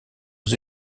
aux